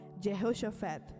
Jehoshaphat